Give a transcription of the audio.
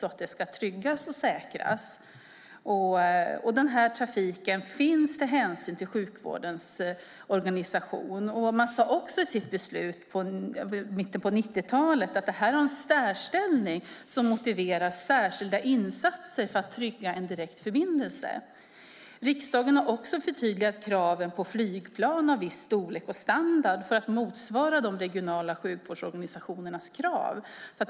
Det ska tryggas och säkras, och den trafiken finns med hänsyn till sjukvårdens organisation. Man sade också i ett beslut i mitten av 90-talet att detta har en särställning som motiverar särskilda insatser för att trygga en direkt förbindelse. Riksdagen har också förtydligat kraven på flygplan av viss storlek och standard för att motsvara de regionala sjukvårdsorganisationernas krav.